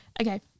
Okay